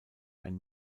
ein